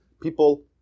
people